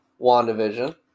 WandaVision